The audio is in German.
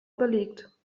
überlegt